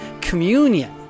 communion